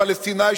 הפלסטיני,